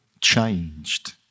changed